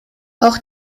auch